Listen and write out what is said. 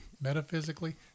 Metaphysically